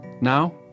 Now